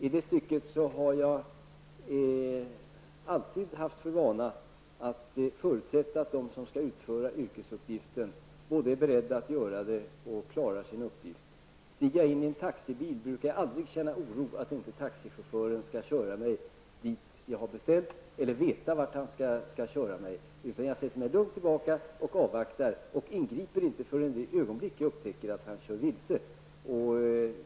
I det stycket har jag alltid haft för vana att förutsätta att de som skall utföra yrkesuppgiften både är beredda att göra och klarar av det. Om jag åker taxi brukar jag aldrig känna någon oro för att taxichauffören skall köra mig någonstans dit jag inte har beställt eller att han inte skall veta vart han skall köra. Jag lutar mig lugnt tillbaka, avvaktar och ingriper inte förrän i det ögonblick jag upptäcker att han kör vilse.